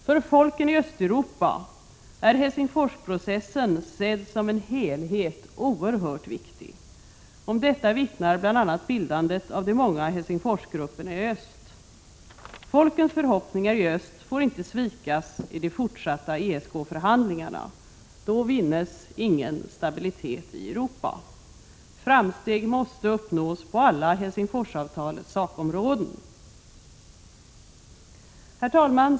För folken i Östeuropa är Helsingforsprocessen, sedd som en helhet, oerhört viktig. Om detta vittnar bl.a. bildandet av de många Helsingforsgrupperna i öst. Folkens förhoppningar i öst får inte svikas i de fortsatta ESK-förhandlingarna. Då vinnes ingen stabilitet i Europa. Framsteg måste uppnås på alla Helsingforsavtalets sakområden. Herr talman!